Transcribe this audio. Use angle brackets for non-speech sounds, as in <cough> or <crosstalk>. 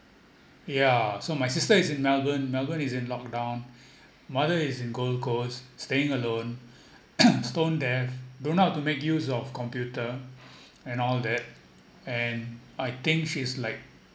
yeah so my sister is in melbourne melbourne is in lockdown mother is in gold coast staying alone <noise> stone deaf don't know how to make use of computer and all that and I think she's like